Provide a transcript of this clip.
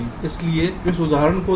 इसलिए इस उदाहरण को देखें